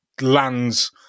lands